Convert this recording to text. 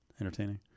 Entertaining